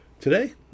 today